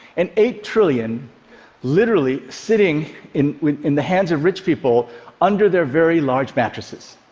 and eight trillion literally sitting in in the hands of rich people under their very large mattresses.